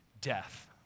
death